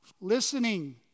listening